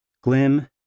Glim